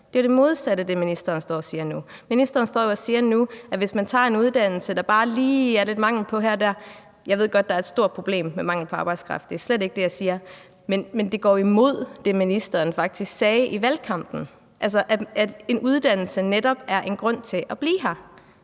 Det er det modsatte af det, ministeren nu står og siger. Ministeren står jo nu og siger, at man kan tage en uddannelse, hvis der bare lige er lidt mangel her og der. Og jeg ved godt, at der er et stort problem med mangel på arbejdskraft – det er slet ikke det, jeg siger – men det går jo faktisk imod det, som ministeren sagde i valgkampen, altså at en uddannelse netop er en grund til at blive her.